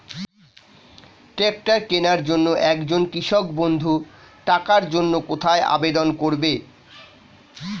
Tractor কিনার জন্য একজন কৃষক বন্ধু টাকার জন্য কোথায় আবেদন করবে?